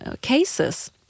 cases